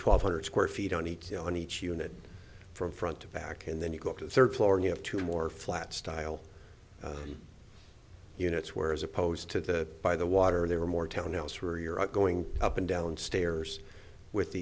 twelve hundred square feet on each on each unit from front to back and then you go up to the third floor and you have two more flats style units where as opposed to that by the water there are more townhouse where you're going up and down stairs with